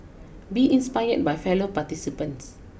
be inspired by fellow participants